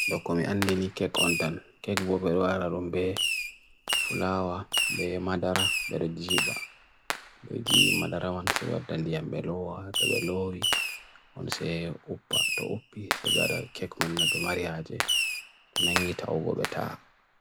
Penguin ɓe heɓi ngal jangoɗe. Ko penguin ko hayre, njama foore a hokka ɓe haɓre foore rewe e nder. Hokkita puccu wulorɗe, nyamu puccu doo?